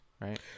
right